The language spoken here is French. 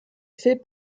fait